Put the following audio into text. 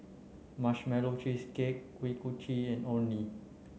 marshmallow cheesecake Kuih Kochi and Orh Nee